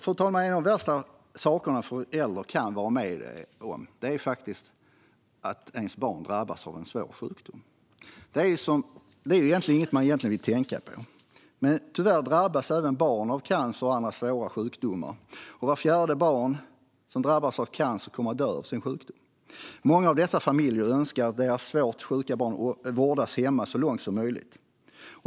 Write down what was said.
Något av det värsta som en förälder kan vara med om är faktiskt att ens barn drabbas av en svår sjukdom. Det är egentligen inte något som man vill tänka på. Men tyvärr drabbas även barn av cancer och andra svåra sjukdomar. Och vart fjärde barn som drabbas av cancer kommer att dö av sin sjukdom. Många av dessa familjer önskar att deras svårt sjuka barn vårdas hemma så långt det är möjligt.